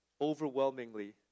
Overwhelmingly